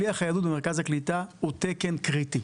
שליח היהדות במרכז הקליטה הוא תקן קריטי,